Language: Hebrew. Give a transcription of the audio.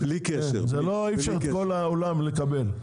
אי אפשר את כל העולם לקבל.